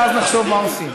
ואז נחשוב מה עושים.